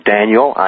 Daniel